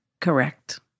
Correct